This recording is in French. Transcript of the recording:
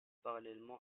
parallèlement